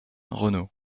renault